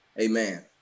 Amen